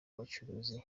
abacuruzi